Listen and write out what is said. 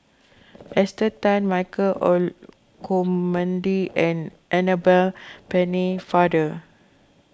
Esther Tan Michael Olcomendy and Annabel Pennefather